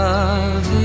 Love